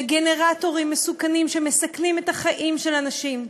וגנרטורים מסוכנים מסכנים את החיים של האנשים.